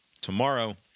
tomorrow